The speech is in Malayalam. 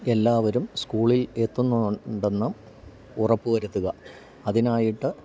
എല്ലാവരും സ്കൂളിൽ എത്തുന്നുണ്ടെന്നും ഉറപ്പ് വരുത്തുക അതിനായിട്ട്